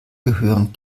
gehören